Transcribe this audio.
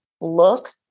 look